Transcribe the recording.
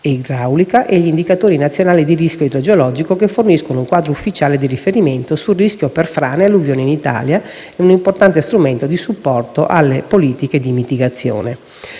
e gli indicatori nazionali di rischio idrogeologico che forniscono un quadro ufficiale di riferimento sul rischio per frane e alluvioni in Italia e un importante strumento a supporto delle politiche di mitigazione.